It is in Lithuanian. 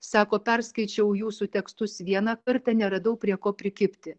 sako perskaičiau jūsų tekstus vieną kartą neradau prie ko prikibti